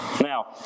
Now